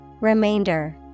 Remainder